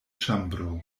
ĉambro